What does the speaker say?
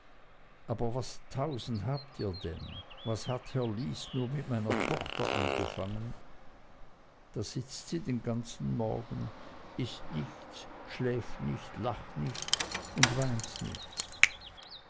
aber was tausend habt ihr denn was hat herr lys nur mit meiner tochter angefangen da sitzt sie den ganzen morgen ißt nichts schläft nicht lacht nicht und weint nicht